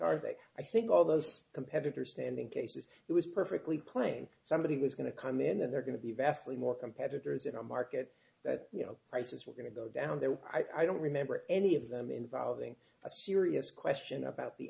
are they i think all those competitors standing cases it was perfectly plain somebody was going to come in and they're going to be vastly more competitors in a market that you know prices were going to go down there were i don't remember any of them involving a serious question about the